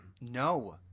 No